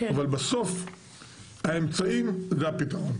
אבל בסוף האמצעים זה הפתרון.